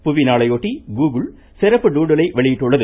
புவிநாளையொட்டி Google சிறப்பு டூடுலை வெளியிட்டுள்ளது